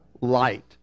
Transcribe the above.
light